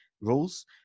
rules